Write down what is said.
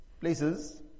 places